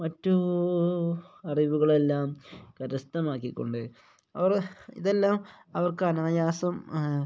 മറ്റ് അറിവുകളെല്ലാം കരസ്ഥമാക്കിക്കൊണ്ട് അവര് ഇതെല്ലാം അവർക്ക് അനായസം